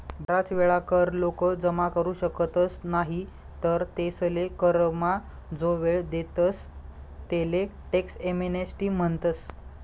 बराच वेळा कर लोक जमा करू शकतस नाही तर तेसले करमा जो वेळ देतस तेले टॅक्स एमनेस्टी म्हणतस